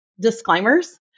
disclaimers